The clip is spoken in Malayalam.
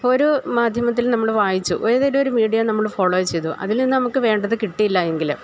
ഇപ്പോളൊരൂ മാദ്ധ്യമത്തിൽ നമ്മള് വായിച്ചു ഏതെങ്കിലുമൊരു മീഡിയ നമ്മള് ഫോളോ ചെയ്തു അതിൽനിന്ന് നമുക്ക് വേണ്ടത് കിട്ടിയില്ലെങ്കില്